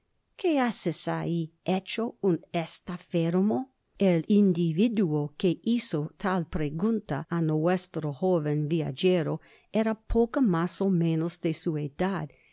que haces ahi hecho un estafermo el individuo que hizo tal pregunta á nuestro joven viagero era poco mas ó menos de su edad